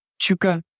Chuka